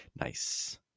nice